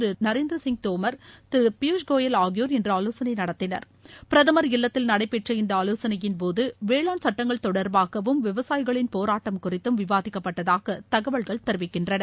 திரு நரேந்திரசிய் தோமர் திரு பியூஷ் கோயல் ஆகியோர் இன்று ஆலோசனை நடத்தினர் பிரதமர் இல்லத்தில் நடைபெற்ற இந்த ஆலோசனையின்போது வேளாண் சட்டங்கள் தொடர்பாகவும் விவசாயிகளின் போராட்டம் குறித்தும் விவாதிக்கப்பட்டதாக தகவல்கள் தெரிவிக்கின்றன